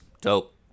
dope